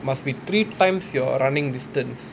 must be three times your running distance